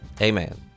Amen